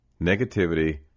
Negativity